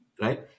right